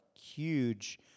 huge